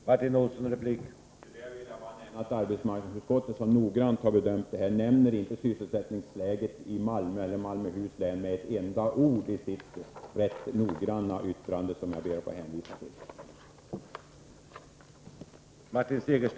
Herr talman! Jag vill bara påpeka att arbetsmarknadsutskottet, som noggrant har bedömt frågan, inte med ett ord nämner sysselsättningsläget i Malmö eller Malmöhus län i sitt rätt noggranna yttrande, som jag ber att få hänvisa till.